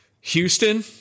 Houston